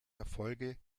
erfolge